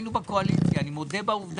לא ישלמו להם עכשיו?